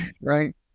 Right